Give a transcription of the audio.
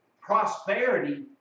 Prosperity